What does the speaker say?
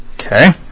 Okay